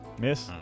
Miss